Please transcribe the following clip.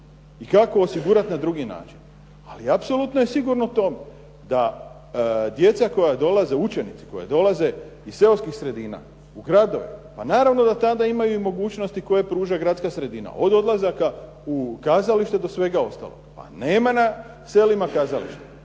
i kako osigurat na drugi način. Ali apsolutno je sigurno to da djeca koja dolaze, učenici koji dolaze iz seoskih sredina u gradove, pa naravno da tada imaju i mogućnosti koje pruža gradska sredina, od odlazaka u kazalište do svega ostalog. Pa nema na selima kazalište